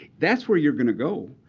that's where you're going to go.